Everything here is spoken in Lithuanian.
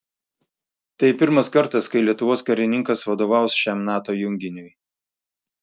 tai pirmas kartas kai lietuvos karininkas vadovaus šiam nato junginiui